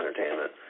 entertainment